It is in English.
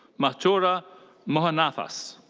mathura mohanathas.